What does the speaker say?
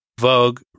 Vogue